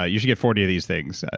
ah you should get forty of these things.